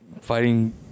fighting